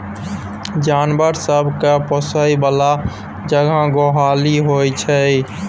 जानबर सब केँ पोसय बला जगह गोहाली होइ छै